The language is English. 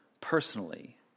personally